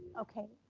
okay,